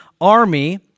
army